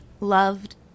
loved